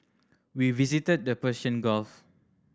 we visited the Persian Gulf